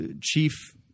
Chief